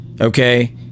okay